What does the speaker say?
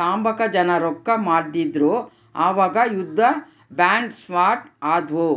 ತಾಂಬಕ ಜನ ರೊಕ್ಕ ಕೊಡ್ತಿದ್ರು ಅವಾಗ ಯುದ್ಧ ಬಾಂಡ್ ಸ್ಟಾರ್ಟ್ ಆದ್ವು